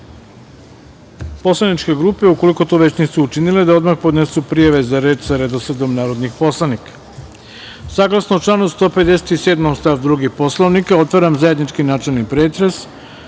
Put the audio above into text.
poslaničke grupe ukoliko to već nisu učinile da odmah podnesu prijave za reč sa redosledom narodnih poslanika. Saglasno članu 157. stav 2. Poslovnika, otvaram zajednički načelni pretres